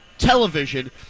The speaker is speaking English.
television